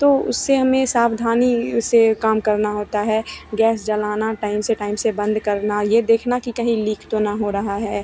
तो उससे हमें सावधानी से काम करना होता है गैस जलाना टाइम से टाइम से बंद करना यह देखना कि कहीं लीक तो ना हो रहा है